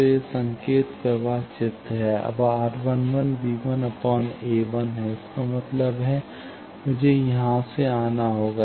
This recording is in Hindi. तो यह संकेत प्रवाह चित्र है अब R11 b1 a1 है इसका मतलब है मुझे यहाँ से यहाँ आना होगा